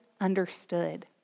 understood